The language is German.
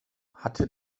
hatte